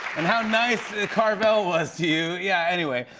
and how nice carvel was to you. yeah, anyway.